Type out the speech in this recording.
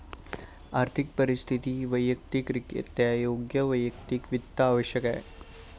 आर्थिक परिस्थिती वैयक्तिकरित्या योग्य ठेवण्यासाठी वैयक्तिक वित्त आवश्यक आहे